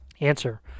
Answer